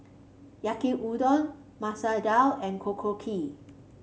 Yaki Udon Masoor Dal and Korokke